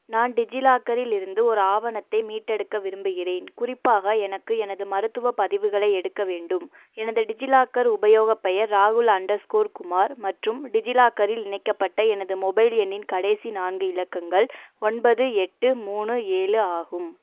நான் டிஜிலாக்கரில் இருந்து ஒரு ஆவணத்தை மீட்டெடுக்க விரும்புகிறேன் குறிப்பாக எனக்கு எனது மருத்துவ பதிவுகளை எடுக்க வேண்டும் எனது டிஜிலாக்கர் உபயோகப் பெயர் ராகுல் அண்டர்ஸ்கோர் குமார் மற்றும் டிஜிலாக்கரில் இணைக்கப்பட்ட எனது மொபைல் எண்ணின் கடைசி நான்கு இலக்கங்கள் ஒன்பது எட்டு மூணு ஏழு ஆகும்